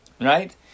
Right